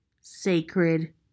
sacred